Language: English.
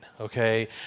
okay